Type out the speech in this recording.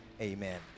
Amen